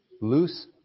Loose